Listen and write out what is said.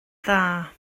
dda